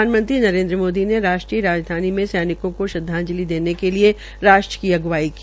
प्रधानमंत्री नरेन्द्र मोदी ने राष्ट्रीय राजधानी में सैनिकों को श्रद्वाजंलि देने के लिये राष्ट्र की अग्वाई की